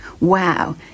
wow